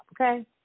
Okay